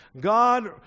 God